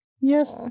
Yes